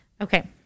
Okay